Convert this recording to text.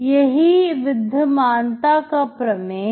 यही विद्यमानता का प्रमेय है